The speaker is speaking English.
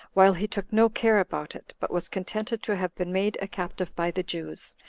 while he took no care about it, but was contented to have been made a captive by the jews,